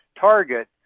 target